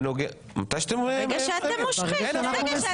ברגע שאתם מסיימים.